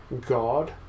God